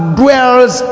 dwells